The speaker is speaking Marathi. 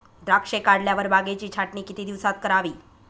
द्राक्षे काढल्यावर बागेची छाटणी किती दिवसात करावी?